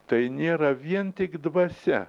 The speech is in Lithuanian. tai nėra vien tik dvasia